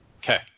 Okay